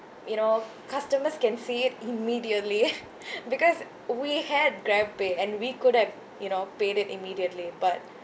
you know customers can see it immediately because we had grabpay and we could have you know pay it immediately but